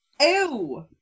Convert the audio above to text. Ew